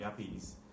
yuppies